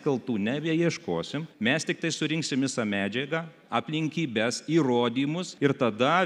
kaltų nebeieškosim mes tiktai surinksim visą medžiagą aplinkybes įrodymus ir tada